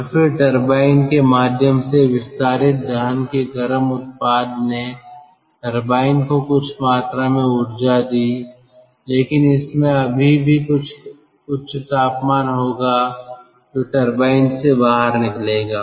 और फिर टरबाइन के माध्यम से विस्तारित दहन के गर्म उत्पाद ने टरबाइन को कुछ मात्रा में ऊर्जा दी लेकिन इसमें अभी भी कुछ उच्च तापमान होगा जो टरबाइन से बाहर निकलेगा